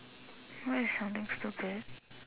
what is something stupid